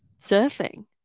surfing